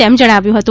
તેમ જણાવ્યું છે